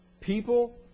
people